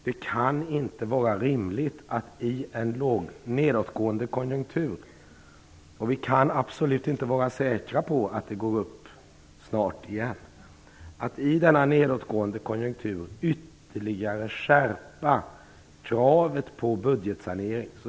Det kan inte vara rimligt att i en nedåtgående konjunktur - vi kan absolut inte vara säkra på att den går upp snart igen - ytterligare skärpa kravet på budgetsanering.